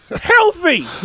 Healthy